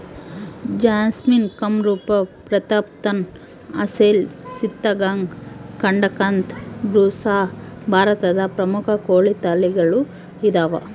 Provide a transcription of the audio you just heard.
ಜರ್ಸಿಮ್ ಕಂರೂಪ ಪ್ರತಾಪ್ಧನ್ ಅಸೆಲ್ ಚಿತ್ತಗಾಂಗ್ ಕಡಕಂಥ್ ಬುಸ್ರಾ ಭಾರತದ ಪ್ರಮುಖ ಕೋಳಿ ತಳಿಗಳು ಇದಾವ